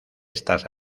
estas